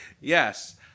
Yes